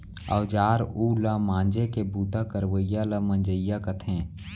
औजार उव ल मांजे के बूता करवइया ल मंजइया कथें